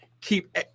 keep